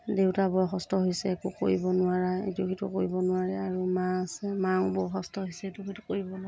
দেউতা বয়সস্থ হৈছে একো কৰিব নোৱাৰা ইটো সিটো কৰিব নোৱাৰে আৰু মা আছে মাও বয়সস্থ হৈছে ইটো সিটো কৰিব নোৱাৰে